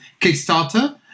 Kickstarter